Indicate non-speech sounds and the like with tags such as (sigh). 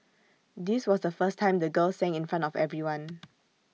this was the first time the girl sang in front of everyone (noise)